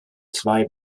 zwei